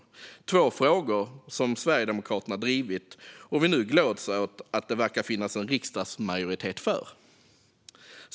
Det är två frågor som vi sverigedemokrater drivit och som vi nu gläds åt att det verkar finnas en riksdagsmajoritet för.